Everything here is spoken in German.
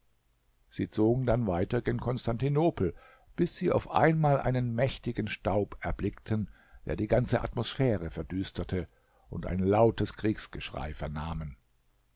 sie zogen dann weiter gen konstantinopel bis sie auf einmal einen mächtigen staub erblickten der die ganze atmosphäre verdüsterte und ein lautes kriegsgeschrei vernahmen